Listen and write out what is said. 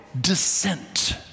descent